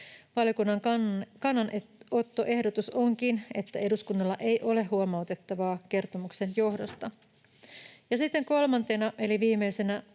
Valiokunnan kannanottoehdotus onkin, että eduskunnalla ei ole huomautettavaa kertomuksen johdosta. Sitten kolmantena eli viimeisenä